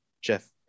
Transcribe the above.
Jeff